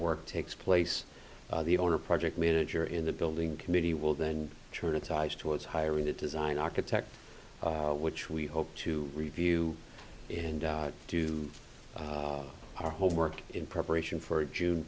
work takes place the owner project manager in the building committee will then turn its eyes towards hiring the design architect which we hope to review and do our homework in preparation for june